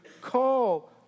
call